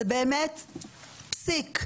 זה באמת פסיק.